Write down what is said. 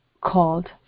called